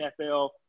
NFL